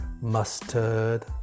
mustard